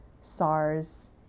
SARS